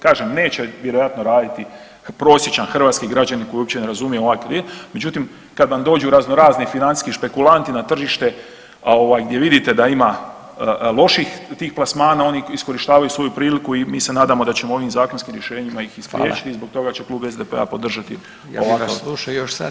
Kažem neće vjerojatno raditi prosječan hrvatski građanin koji uopće ne razumije ovaj … Međutim, kad vam dođu razno razni financijski špekulanti na tržište gdje vidite da ima loših tih plasmana oni iskorištavaju svoju priliku i mi se nadamo da ćemo ovim zakonskim rješenjima ih i spriječiti i zbog toga će klub SDP-a podržati ovakav.